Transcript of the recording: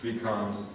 Becomes